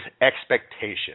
expectation